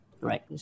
Right